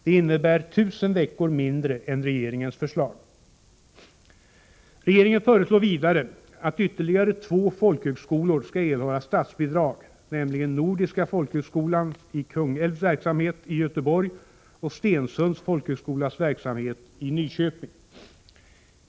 Det innebär 1 000 veckor mindre än regeringens förslag. Regeringen föreslår vidare att ytterligare två folkhögskolor skall erhålla statsbidrag, nämligen Nordiska folkhögskolans i Kungälv verksamhet i Göteborg och Stensunds folkhögskolas verksamhet i Nyköping.